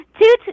two